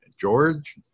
George